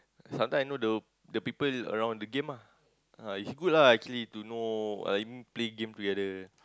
sometime I know the the people around the game ah ah it's good lah actually to know like I mean play game together